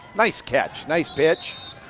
nice catch, nice pitch,